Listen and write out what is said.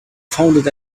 founded